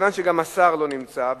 ומכיוון שגם השר לא נמצא,